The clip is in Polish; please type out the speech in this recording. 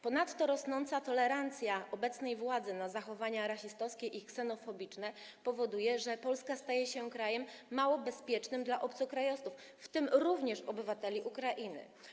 Ponadto rosnąca tolerancja obecnej władzy dla zachowań rasistowskich i ksenofobicznych powoduje, że Polska staje się krajem mało bezpiecznym dla obcokrajowców, w tym również obywateli Ukrainy.